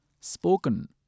spoken